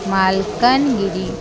Malkangiri